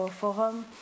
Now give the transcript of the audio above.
Forum